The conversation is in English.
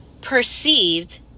perceived